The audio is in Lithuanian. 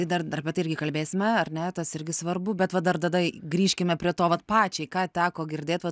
tai dar d apie tai irgi kalbėsime ar ne tas irgi svarbu bet va dar dadai grįžkime prie to vat pačiai ką teko girdėt vat